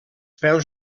peus